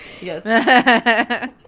Yes